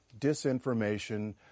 disinformation